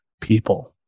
people